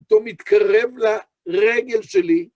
אותו מתקרב לרגל שלי.